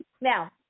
now